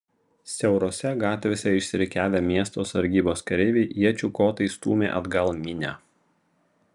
siaurose gatvėse išsirikiavę miesto sargybos kareiviai iečių kotais stūmė atgal minią